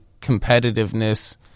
competitiveness